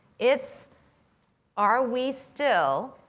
it's are we still